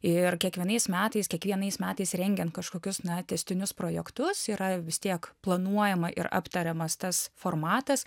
ir kiekvienais metais kiekvienais metais rengiant kažkokius na testinius projektus yra vis tiek planuojama ir aptariamas tas formatas